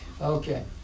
Okay